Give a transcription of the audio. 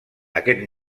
aquest